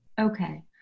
Okay